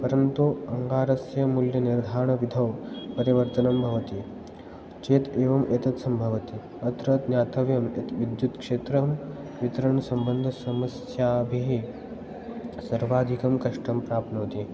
परन्तु अङ्गारस्य मूल्यनिर्धारणविधौ परिवर्तनं भवति चेत् एवम् एतत् सम्भवति अत्र ज्ञातव्यं यत् विद्युत्क्षेत्रं वितरण्सम्बन्ध समस्याभिः सर्वाधिकं कष्टं प्राप्नोति